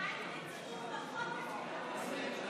כבר הרבה מאוד, עשרות